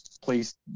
please